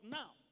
now